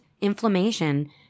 inflammation